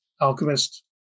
alchemist